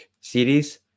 series